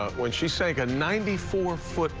when she sank a ninety four foot